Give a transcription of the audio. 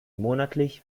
monatlich